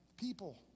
people